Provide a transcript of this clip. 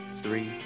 three